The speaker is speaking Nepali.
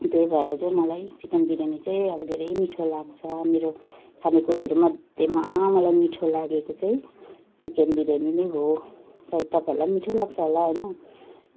त्यही भएर चाहिँ मलाई चिकन बिरयानी चाहिँ अब धेरै मिठो लाग्छ मेरो खानेकुरोहरूमध्येमा मलाई मिठो लागेको चाहिँ चिकन बिरयानी नै हो सायद तपाईँहरूलाई नि मिठो लाग्छ होला हैन